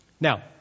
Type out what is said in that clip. Now